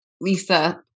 Lisa